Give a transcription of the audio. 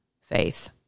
faith